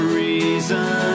reason